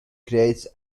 creates